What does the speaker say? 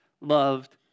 loved